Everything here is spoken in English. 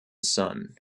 son